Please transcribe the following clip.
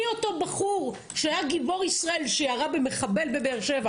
מאותו בחור שהיה גיבור ישראל שירה במחבל בבאר-שבע